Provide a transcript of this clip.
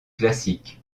classique